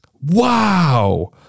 Wow